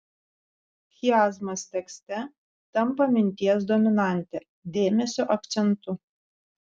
chiazmas tekste tampa minties dominante dėmesio akcentu